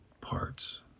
parts